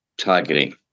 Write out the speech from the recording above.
targeting